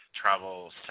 travel